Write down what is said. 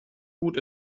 gut